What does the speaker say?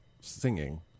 singing